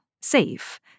safe